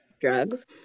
drugs